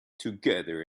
together